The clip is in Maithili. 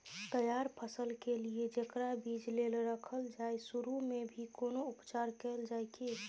तैयार फसल के लिए जेकरा बीज लेल रखल जाय सुरू मे भी कोनो उपचार कैल जाय की?